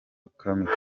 kamikazi